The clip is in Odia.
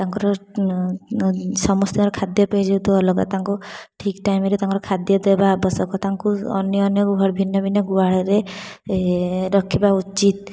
ତାଙ୍କର ସମସ୍ତଙ୍କର ଖାଦ୍ୟପେୟ ଯେହେତୁ ଅଲଗା ତାଙ୍କୁ ଠିକ୍ ଟାଇମରେ ତାଙ୍କର ଖାଦ୍ୟ ଦେବା ଆବଶ୍ୟକ ତାଙ୍କୁ ଅନ୍ୟ ଅନ୍ୟ ଭିନ୍ନ ଭିନ୍ନ ଗୁହାଳରେ ରଖିବା ଉଚିତ୍